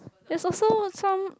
there's also some